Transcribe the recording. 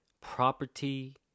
Property